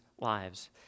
lives